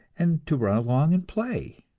and to run along and play.